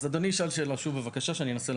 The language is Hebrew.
אז אדוני ישאל שאלה שוב בבקשה שאני אנסה לענות.